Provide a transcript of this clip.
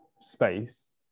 space